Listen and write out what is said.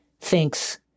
thinks